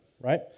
right